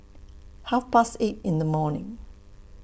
Half Past eight in The morning